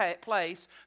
place